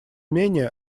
менее